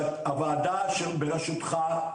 הוועדה שברשותך,